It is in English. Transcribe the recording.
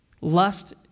Lust